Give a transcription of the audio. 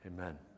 amen